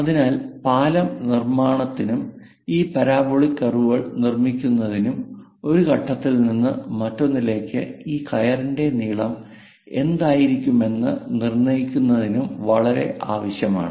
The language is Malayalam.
അതിനാൽ പാലം നിർമ്മാണത്തിനും ഈ പരാബോളിക് കർവുകൾ നിർമ്മിക്കുന്നതിനും ഒരു ഘട്ടത്തിൽ നിന്ന് മറ്റൊന്നിലേക്ക് ഈ കയറിന്റെ നീളം എന്തായിരിക്കണമെന്ന് നിർണ്ണയിക്കുന്നതിനും വളരെ ആവശ്യമാണ്